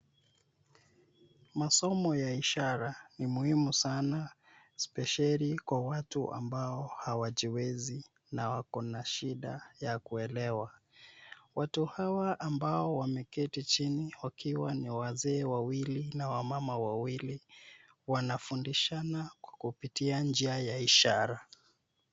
Masomo ya ishara ni muhimu sana especeli kwa watu ambao hawajiwezi na wako na shida ya kuelewa. Watu hawa ambao wameketi chini wakiwa ni wazee wawili na wamama wawili wanafundishana kwa kupitia njia ya ishara.